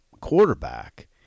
quarterback